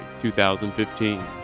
2015